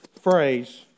phrase